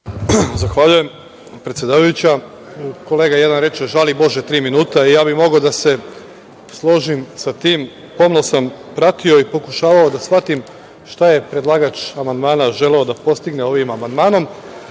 Zahvaljujem, predsedavajuća. Kolega jedan reče – žali Bože tri minuta. Ja bih mogao da se složim sa tim. Pomno sam pratio i pokušavao da shvatim šta je predlagač amandmana želeo da postigne ovim amandmanom,